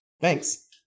Thanks